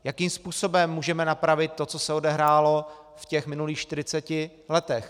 Jakým způsobem můžeme napravit to, co se odehrálo v těch minulých 40 letech.